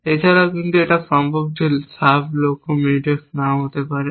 এছাড়াও কিন্তু এটা সম্ভব যে কিছু সাব লক্ষ্য মিউটেক্স নাও হতে পারে